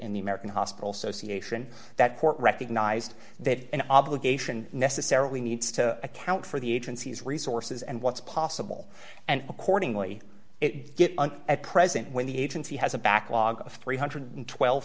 in the american hospital association that court recognized that an obligation necessarily needs to account for the agency's resources and what's possible and accordingly it gets an at present when the agency has a backlog of three hundred and twelve